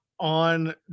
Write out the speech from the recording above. on